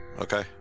Okay